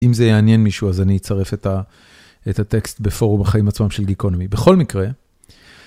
אם זה יעניין מישהו, אז אני אצרף את הטקסט בפורום החיים עצמם של גיקונומי. בכל מקרה...